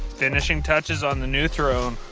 finishing touches on the new throne.